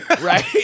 right